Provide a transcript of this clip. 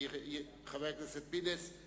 חבר הכנסת פינס.